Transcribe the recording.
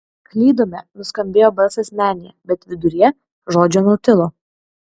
klydome nuskambėjo balsas menėje bet viduryje žodžio nutilo